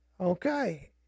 Okay